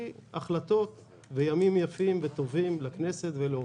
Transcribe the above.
החלטות וימים יפים וטובים לכנסת ולעובדיה.